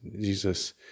Jesus